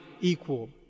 equal